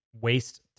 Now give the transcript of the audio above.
waste